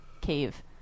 cave